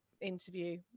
interview